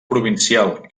provincial